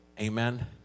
Amen